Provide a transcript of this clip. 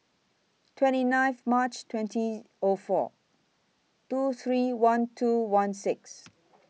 twenty nine March twenty O four two three one two one six